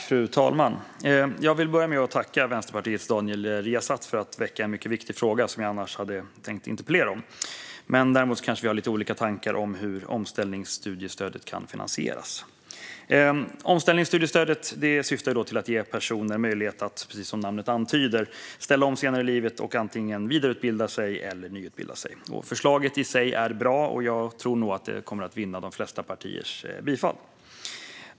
Fru talman! Jag vill börja med att tacka Vänsterpartiets Daniel Riazat för att han väckt en mycket viktig fråga som jag annars hade tänkt interpellera om. Däremot kanske vi har lite olika tankar om hur omställningsstudiestödet kan finansieras. Omställningsstudiestödet syftar, precis som namnet antyder, till att ge personer möjlighet att ställa om senare i livet och antingen vidareutbilda sig eller nyutbilda sig. Förslaget i sig är bra, och jag tror nog att det kommer att vinna de flesta partiers bifall.